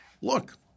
look